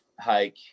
hike